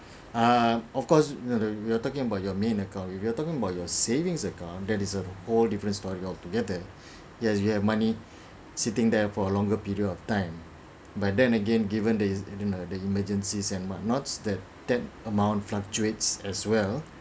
uh of course we are talking about your main account if you are talking about your savings account that is a whole different story altogether yes you have money sitting there for a longer period of time but then again given the is the yiu know the emergencies and what not that that amount fluctuates as well